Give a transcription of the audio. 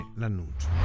l'annuncio